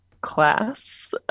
class